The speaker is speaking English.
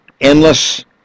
endless